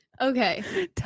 Okay